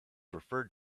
referred